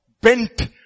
Bent